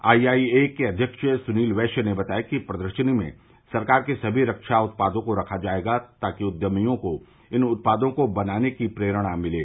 IIA के अध्यक्ष सुनील वैश्य ने बताया कि प्रदर्शनी में सरकार के सभी रक्षा उत्पादों को रखा जायेगा ताकि उद्यमियों को इन उत्पादों को बनाने की प्रेरणा मिले